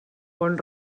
bon